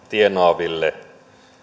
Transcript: tienaaville